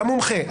גם מומחה,